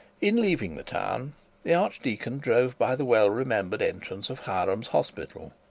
in leaving the town the archdeacon drove by the well-remembered entrance of hiram's hospital.